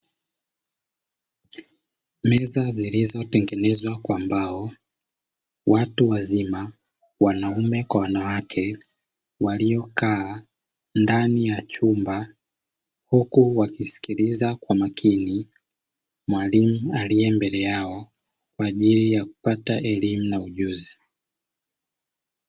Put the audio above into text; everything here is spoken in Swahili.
Meza zilizotengenezwa kwa mbao. Watu wazima wanaume kwa wanawake waliokaa ndani ya chumba huku wakisikiliza kwa makini mwalimu aliye mbele yao kwa ajili ya kupata elimu na ujuzi.